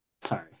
sorry